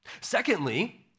Secondly